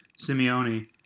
Simeone